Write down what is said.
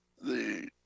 the-